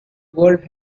world